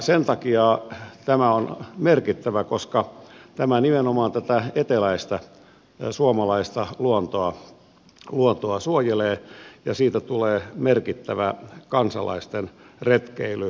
sen takia tämä on merkittävää koska tämä nimenomaan tätä eteläistä suomalaista luontoa suojelee ja siitä tulee merkittävä kansalaisten retkeilykohde